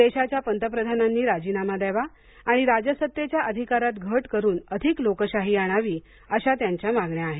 देशाच्या पंतप्रधानांनी राजीनामा द्यावा आणि राजसत्तेच्या अधिकारांत घट करून अधिक लोकशाही आणावी अशा त्यांच्या मागण्या आहेत